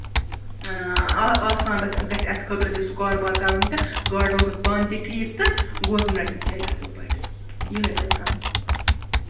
آسان گژھِ اَسہِ خٲطرٕ تہِ سُہ کاروبار کَرُن تہٕ گاڈٕ روزَن پانہٕ تہِ ٹھیٖک تہٕ گورمینٛٹ تہِ چَلہِ اَصٕل پٲٹھۍ یِہَے پَزِ کَرُن